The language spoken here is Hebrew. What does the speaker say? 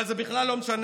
אבל זה בכלל לא משנה,